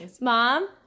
Mom